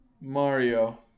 Mario